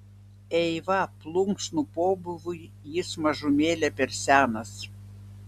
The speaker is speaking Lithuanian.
eiva plunksnų pobūviui jis mažumėlę per senas